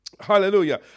Hallelujah